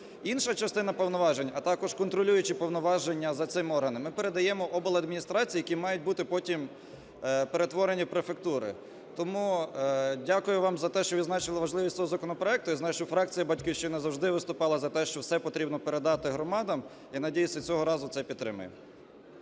Інша частина повноважень, а також контролюючі повноваження за цим органом ми передаємо обладміністраціям, які мають бути потім перетворені в префектури. Тому дякую вам за те, що відзначили важливість цього законопроекту. Я знаю, що фракція "Батьківщина" завжди виступала за те, що все потрібно передати громадам, і надіюся цього разу це підтримає.